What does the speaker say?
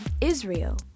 Israel